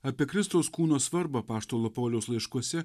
apie kristaus kūno svarbą apaštalo pauliaus laiškuose